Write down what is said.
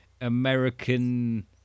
American